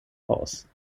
haus